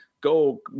go